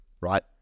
right